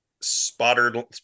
spotted